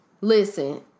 Listen